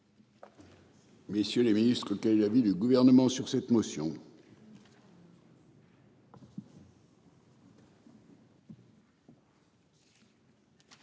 Messieurs les ministres qui l'avis du gouvernement sur cette motion.